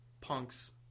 punks